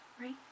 Right